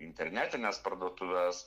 internetines parduotuves